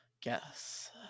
Guess